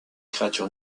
créature